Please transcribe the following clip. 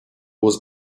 was